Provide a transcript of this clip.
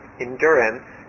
endurance